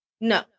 No